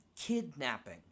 kidnapping